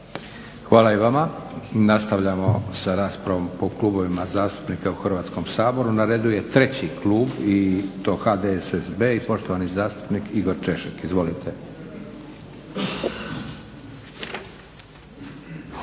Hvala i vama. Nastavljamo sa raspravom po klubovima zastupnika u Hrvatskom saboru. Na redu je treći klub i to HDSSB i poštovani zastupnik Igor Češek. Izvolite.